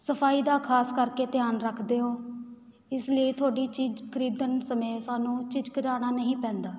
ਸਫਾਈ ਦਾ ਖਾਸ ਕਰਕੇ ਧਿਆਨ ਰੱਖਦੇ ਹੋ ਇਸ ਲਈ ਤੁਹਾਡੀ ਚੀਜ਼ ਖਰੀਦਣ ਸਮੇਂ ਸਾਨੂੰ ਝਿਜਕਝਾਣਾ ਨਹੀਂ ਪੈਂਦਾ